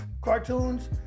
cartoons